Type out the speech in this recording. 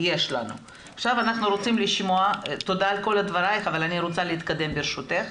תודה על כל דברייך אבל אני רוצה להתקדם ברשותך.